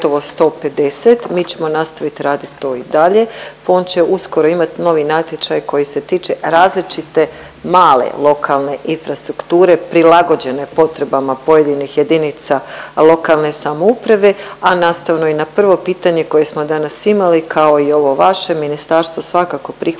Mi ćemo nastavit radit to i dalje. Fond će uskoro imati novi natječaj koji se tiče različite male lokalne infrastrukture prilagođene potrebama pojedinih jedinica lokalne samouprave, a nastavno i na prvo pitanje koje smo danas imali kao i ovo vaše ministarstvo svakako prihvaća